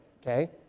okay